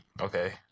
Okay